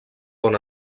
bon